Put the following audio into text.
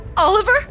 Oliver